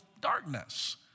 darkness